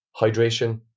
hydration